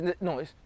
No